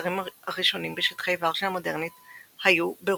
המבוצרים הראשונים בשטחי ורשה המודרנית היו ברודנו,